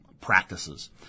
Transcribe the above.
practices